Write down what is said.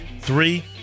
three